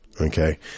Okay